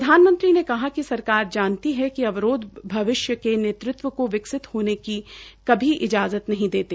प्रधानमंत्री ने कहाकि सरकार जानती है कि अवरोध भविष्य के नेतृत्व को विकसित होने की कभी इजाज़प्र नहीं देते